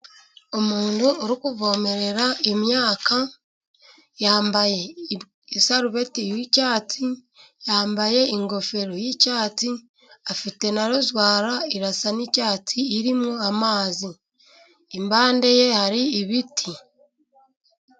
Umuntu uri kuvomerera imyaka, yambaye isarubeti y'icyatsi yambaye ingofero y'icyatsi, afite na razwara isa n'icyatsi irimo amazi, iruhande rwe hari ibiti.